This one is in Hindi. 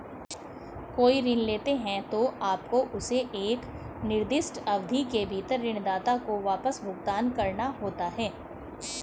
कोई ऋण लेते हैं, तो आपको उसे एक निर्दिष्ट अवधि के भीतर ऋणदाता को वापस भुगतान करना होता है